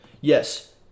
Yes